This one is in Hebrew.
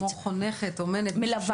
כמו חונכת, אומנת, מלווה.